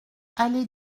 allée